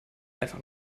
einfach